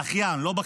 דחיין, לא בכיין.